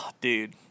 dude